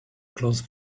close